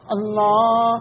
Allah